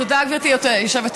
תודה, גברתי היושבת-ראש.